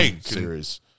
series